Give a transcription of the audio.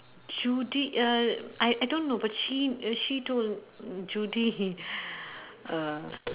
Judy uh I I don't know but she uh she told Judy uh